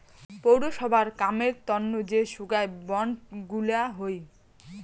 পৌরসভার কামের তন্ন যে সোগায় বন্ড গুলা হই